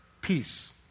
peace